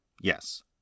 yes